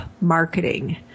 marketing